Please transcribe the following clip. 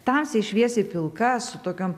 tamsiai šviesiai pilka su tokiom